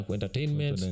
Entertainment